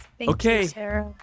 Okay